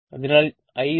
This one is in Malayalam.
അതിനാൽ IV g jVb